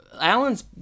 Alan's